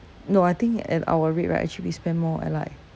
no I think at our rate right actually we spend more at like